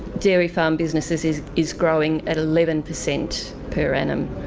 dairy farm businesses is is growing at eleven percent per annum.